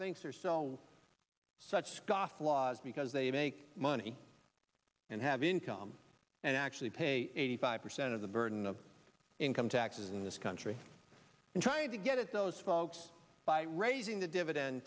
thinks are cells such scofflaws because they make money and have income and actually pay eighty five percent of the burden of income taxes in this country and trying to get at those folks by raising the dividend